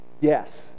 Yes